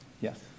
Yes